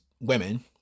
women